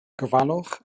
gofalwch